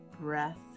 breath